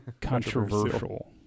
Controversial